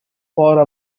for